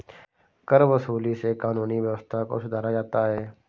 करवसूली से कानूनी व्यवस्था को सुधारा जाता है